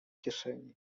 kieszeni